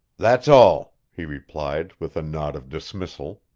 that's all, he replied with a nod of dismissal.